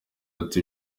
ati